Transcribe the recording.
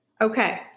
Okay